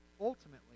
ultimately